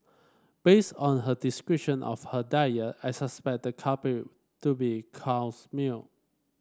based on her description of her diet I suspected the culprit to be cow's milk